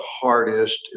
hardest